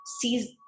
sees